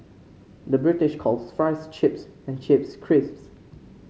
the British calls fries chips and chips crisps